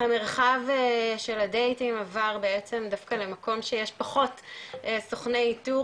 המרחב של הדייטים עבר בעצם דווקא למקום שיש פחות סוכני איתור